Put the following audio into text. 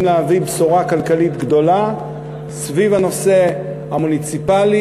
להביא בשורה כלכלית גדולה סביב הנושא המוניציפלי,